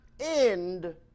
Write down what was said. end